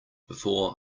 before